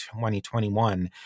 2021